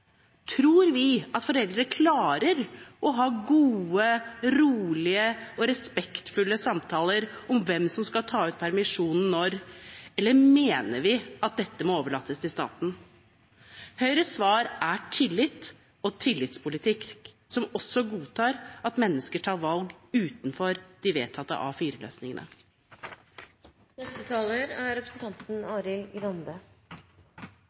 Tror vi at foreldre klarer å ha gode, rolige og respektfulle samtaler om hvem som skal ta ut permisjonen når, eller mener vi at dette må overlates til staten? Høyres svar er tillit og tillitspolitikk som også godtar at mennesker tar valg utenfor de vedtatte